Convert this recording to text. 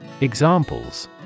Examples